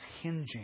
hinging